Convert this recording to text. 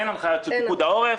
אין הנחיות של פיקוד העורף,